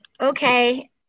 okay